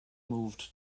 moved